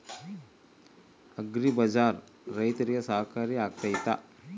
Agri ಬಜಾರ್ ರೈತರಿಗೆ ಸಹಕಾರಿ ಆಗ್ತೈತಾ?